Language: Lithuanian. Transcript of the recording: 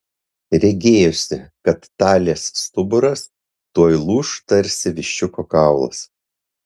regėjosi kad talės stuburas tuoj lūš tarsi viščiuko kaulas